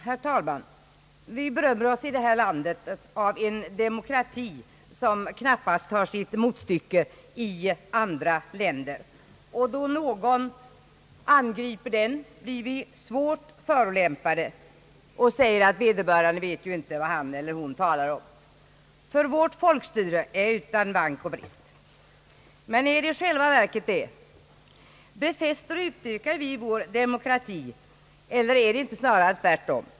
Herr talman! Vi berömmer oss i det här landet av en demokrati som knappast har sitt motstycke i andra länder. Då någon angriper den blir vi svårt förolämpade och säger att vederbörande vet inte vad han eller hon talar om. Vårt folkstyre är utan vank och brist. Förhåller det sig verkligen så? Befäster och utökar vi vår demokrati eller är det inte snarare tvärtom?